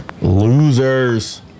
Losers